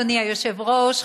אדוני היושב-ראש,